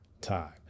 time